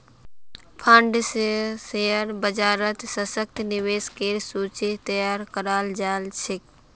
fund स share बाजारत सशक्त निवेशकेर सूची तैयार कराल जा छेक